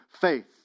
faith